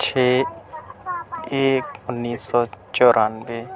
چھ ایک انیس سو چورانوے